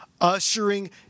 ushering